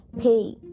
pay